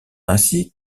ainsi